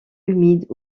humides